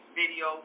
video